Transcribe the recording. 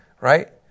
right